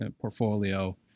portfolio